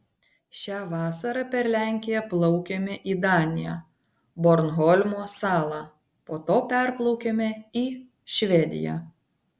šią vasarą per lenkiją plaukėme į daniją bornholmo salą po to perplaukėme į švediją